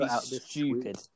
stupid